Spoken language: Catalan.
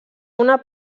una